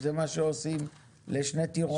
זה מה שעושים לשני טירונים.